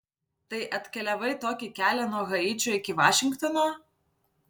tai atkeliavai tokį kelią nuo haičio iki vašingtono